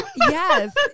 Yes